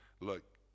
look